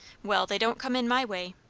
well! they don't come in my way.